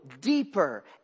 deeper